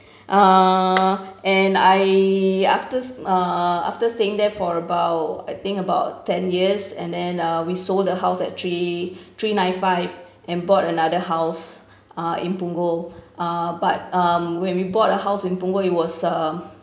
uh and I after uh after staying there for about I think about ten years and then uh we sold the house at three three nine five and bought another house uh in punggol uh but um when we bought the house in punggol it was um